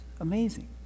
amazing